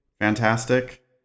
fantastic